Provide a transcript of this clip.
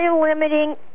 limiting